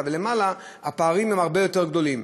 למעלה ולמטה הפערים הם הרבה יותר גדולים.